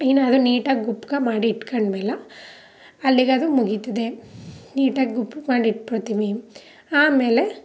ಇನ್ನು ಅದು ನೀಟಾಗಿ ಗುಪ್ಕ ಮಾಡಿ ಇಟ್ಕೊಂಡ್ಮೇಲ ಅಲ್ಲಿಗದು ಮುಗೀತದೆ ನೀಟಾಗಿ ಗುಪ್ಪು ಮಾಡಿ ಇಟ್ಬಿಡ್ತೀವಿ ಆಮೇಲೆ